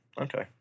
Okay